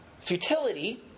Futility